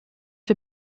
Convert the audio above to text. wir